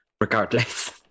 regardless